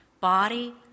Body